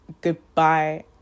goodbye